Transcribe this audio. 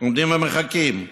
עומדים ומחכים.